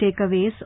takeaways